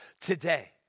today